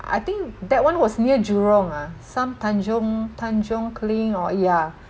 I think that one was near jurong ah some tanjong tanjong kling or ya